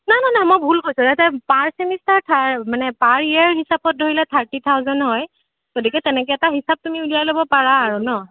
না না না মই ভুল কৈছোঁ ইয়াতে পাৰ চেমিষ্টাৰ মানে পাৰ ইয়েৰ হিচাপত ধৰিলে থাৰ্টি থাউজেণ্ড হয় গতিকে তেনেকৈ এটা হিচাপ তুমি উলিয়াই ল'ব পাৰা আৰু ন